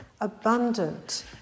abundant